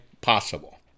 possible